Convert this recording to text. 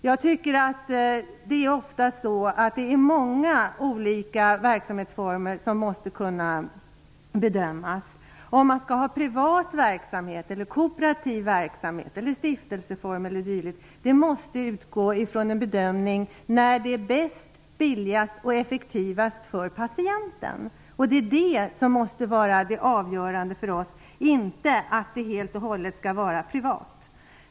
Jag tycker att det ofta är många olika verksamhetsformer som måste kunna bedömas. Om man skall ha privat eller kooperativ verksamhet eller bedriva verksamhet i t.ex. stiftelseform måste man göra en bedömning av vad som är bäst, billigast och effektivast för patienten. Detta måste vara avgörande för oss -- inte att verksamheten helt och hållet skall vara privat.